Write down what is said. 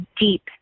deep